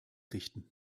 richten